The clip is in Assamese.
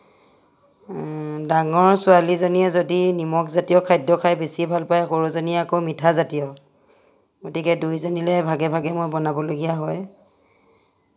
ডাঙৰ ছোৱালীজনীয়ে যদি নিমখ জাতীয় খাদ্য খাই বেছি ভাল পায় সৰুজনীয়ে আকৌ মিঠা জাতীয় গতিকে দুইজনীলৈ মই ভাগে ভাগে বনাবলগীয়া হয়